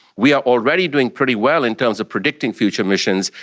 we are already doing pretty well in terms of predicting future missions,